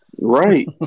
Right